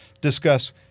discuss